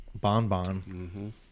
bonbon